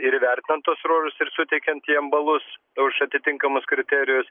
ir įvertinant tuos ruožus ir suteikiant jiems balus už atitinkamus kriterijus